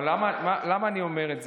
אבל למה אני אומר את זה?